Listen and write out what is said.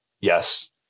Yes